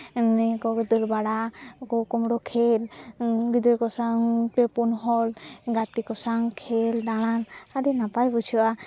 ᱱᱤᱭᱟᱹ ᱠᱚᱜᱮ ᱫᱟᱹᱲ ᱵᱟᱲᱟ ᱩᱠᱩ ᱠᱩᱢᱲᱩ ᱠᱷᱮᱞ ᱜᱤᱫᱽᱨᱟᱹ ᱠᱚ ᱥᱟᱶ ᱯᱮ ᱯᱩᱱ ᱦᱚᱲ ᱜᱟᱛᱮ ᱠᱚ ᱥᱟᱶ ᱠᱷᱮᱞ ᱫᱟᱬᱟ ᱟᱹᱰᱤ ᱱᱟᱯᱟᱭ ᱵᱩᱡᱷᱟᱹᱜᱼᱟ